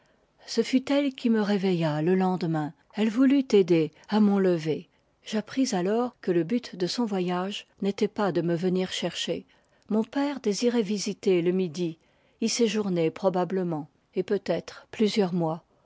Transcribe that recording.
ce fut elle qui me réveilla le lendemain elle voulut aider à mon lever j'appris alors que le but de son voyage n'était pas de me venir chercher mon père désirait visiter le midi y séjourner probablement et peut-être plusieurs mois